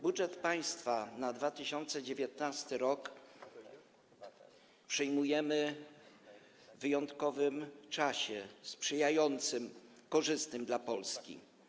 Budżet państwa na 2019 r. przyjmujemy w wyjątkowym czasie, sprzyjającym, korzystnym dla Polski.